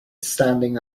standing